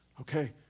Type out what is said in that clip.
Okay